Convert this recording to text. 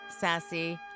sassy